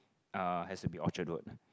uh has to be Orchard-Road